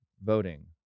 voting